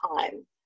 time